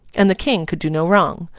and the king could do no wrong.